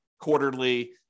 quarterly